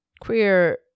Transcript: queer